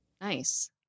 Nice